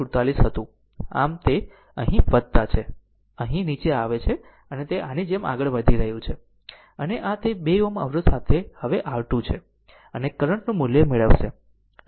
947 હતું આમ તે અહીં છે અહીં નીચે છે અને તે આની જેમ આગળ વધી રહ્યું છે અને આ તે 2 Ω અવરોધ સાથે હવે R2 છે અને કરંટ નું મૂલ્ય મેળવશે